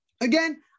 again